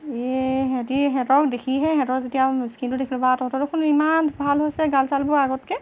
এই সিহঁতি সিহঁতক দেখিহে সিহঁতৰ যেতিয়া স্কিনটো দেখিলোঁ বা তহঁতৰ দেখোন ইমান ভাল হৈছে গাল চালবোৰ আগতকৈ